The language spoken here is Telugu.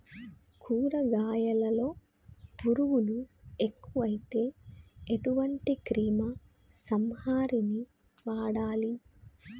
కూరగాయలలో పురుగులు ఎక్కువైతే ఎటువంటి క్రిమి సంహారిణి వాడాలి?